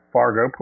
Fargo